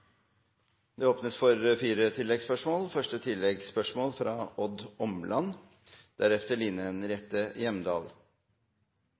Det åpnes for fire oppfølgingsspørsmål – først Odd Omland.